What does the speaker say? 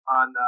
on